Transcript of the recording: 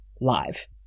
live